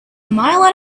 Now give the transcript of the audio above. mile